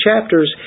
chapters